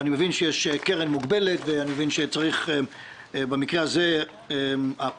אני מבין שיש קרן מוגבלות ושבמקרה הזה הפתרון